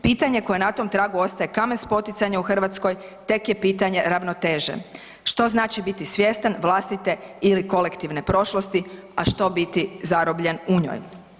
Pitanje koje na tom tragu ostaje kamen spoticanja u Hrvatskoj tek je pitanje ravnoteže što znači biti svjestan vlastite ili kolektivne prošlosti, a što biti zarobljen u njoj.